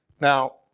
Now